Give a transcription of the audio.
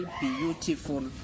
beautiful